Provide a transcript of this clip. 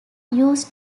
used